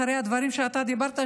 אחרי הדברים שאתה דיברת,